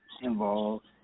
involved